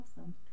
awesome